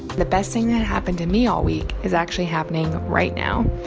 the best thing that happened to me all week is actually happening right now.